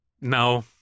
No